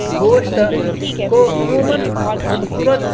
گوشت کو عموماً خوبصورت